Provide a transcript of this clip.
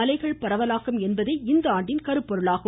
மலைகள் பரவலாக்கம் என்பதே இந்த ஆண்டின் கருப்பொருளாகும்